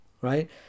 Right